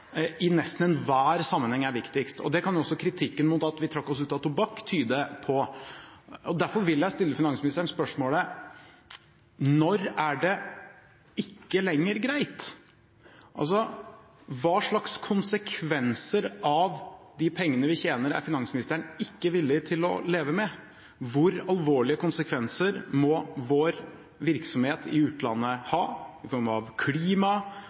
i nesten enhver sammenheng er viktigst. Det kan også kritikken mot at vi trakk oss ut av tobakk, tyde på. Derfor vil jeg stille finansministeren spørsmålet: Når er det ikke lenger greit? Hva slags konsekvenser av de pengene vi tjener, er finansministeren ikke villig til å leve med? Hvor alvorlige konsekvenser må vår virksomhet i utlandet ha for klima,